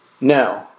No